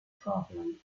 problem